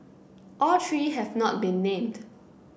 all three have not been named